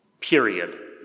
period